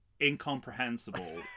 incomprehensible